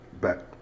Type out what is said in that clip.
back